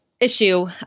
issue